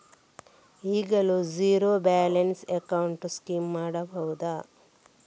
ಈಗಲೂ zero balance account scheme ಮಾಡಬಹುದಾ?